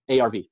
ARV